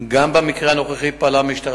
2. מדוע נכנעה המשטרה